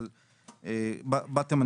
באתם,